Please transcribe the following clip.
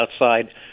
outside